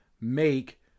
make